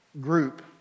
group